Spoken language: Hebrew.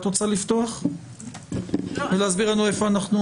את רוצה לפתוח ולהסביר לנו איפה אתם